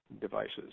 devices